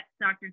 dr